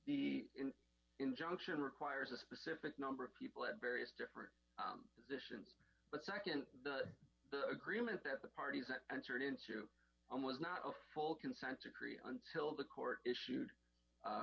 the injunction requires a specific number of people at various different but nd the agreement that the parties not entered into on was not a full consent decree until the court issued